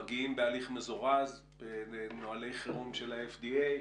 מגיעים בהליך מזורז בנוהלי חירום של ה-FDA,